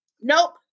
nope